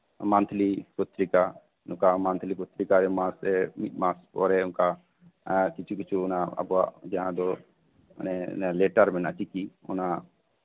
monthly ᱯᱚᱛᱨᱤᱠᱟ ᱱᱚᱝᱠᱟ ᱢᱟᱱᱛᱷᱞᱤ ᱯᱚᱛᱨᱤᱠᱟ ᱢᱟᱱᱛᱷ ᱨᱮ ᱢᱤᱫ ᱢᱟᱥ ᱯᱚᱨᱮ ᱱᱚᱝᱠᱟ ᱮᱸᱜ ᱠᱤᱪᱷᱩ ᱠᱤᱪᱷᱩ ᱟᱵᱚᱣᱟᱜ ᱡᱟᱦᱟᱸᱫᱚ ᱢᱟᱱᱮ ᱞᱮᱴᱟᱨ ᱢᱮᱱᱟᱜ ᱪᱤᱠᱤ ᱚᱱᱟ